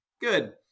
good